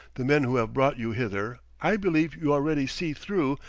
the men who have brought you hither, i believe you already see through,